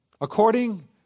According